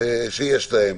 שיש להם,